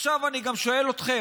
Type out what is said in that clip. עכשיו אני גם שואל אתכם,